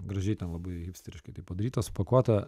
gražiai ten labai hipsteriškai taip padaryta supakuota